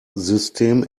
system